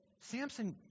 Samson